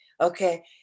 Okay